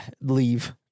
leave